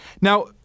Now